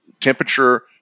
temperature